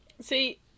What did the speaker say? See